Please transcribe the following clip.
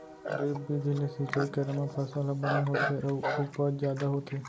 drip बिधि ले सिंचई करे म फसल ह बने होथे अउ उपज जादा होथे